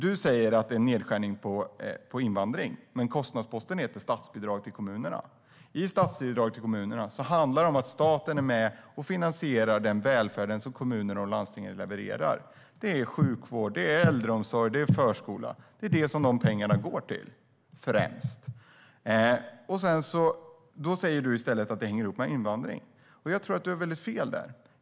Du säger att det är en nedskärning på invandring, men kostnadsposten heter statsbidrag till kommunerna. I det statsbidraget handlar det om att staten är med och finansierar den välfärd som kommuner och landstingen levererar. Det är bland annat sjukvård, äldreomsorg, förskola som pengarna främst går till. Sedan säger du att det hänger ihop med invandring. Du har nog väldigt fel där.